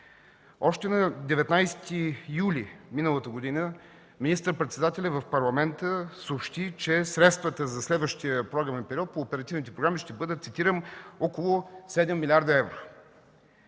Още на 19 юли миналата година министър-председателят в Парламента съобщи, че средствата за следващия програмен период по оперативните програми ще бъдат, цитирам: „около 7 млрд. евро”.